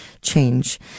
change